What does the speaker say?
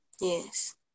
Yes